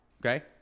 Okay